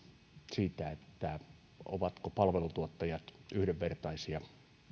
siitä ovatko palveluntuottajat yhdenvertaisia